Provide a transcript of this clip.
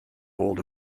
hold